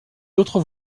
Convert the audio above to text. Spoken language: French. d’autre